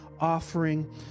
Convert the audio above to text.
offering